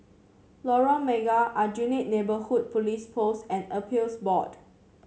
Lorong Mega Aljunied Neighbourhood Police Post and Appeals Board